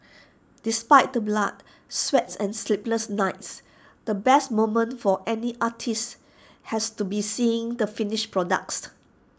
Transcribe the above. despite the blood sweats and sleepless nights the best moment for any artist has to be seeing the finished product